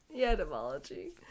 etymology